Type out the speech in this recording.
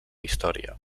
història